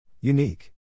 Unique